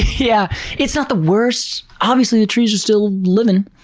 yeah it's not the worst, obviously the trees are still living,